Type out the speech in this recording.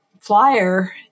flyer